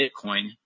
Bitcoin